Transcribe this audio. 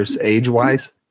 age-wise